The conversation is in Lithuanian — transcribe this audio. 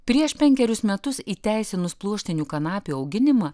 prieš penkerius metus įteisinus pluoštinių kanapių auginimą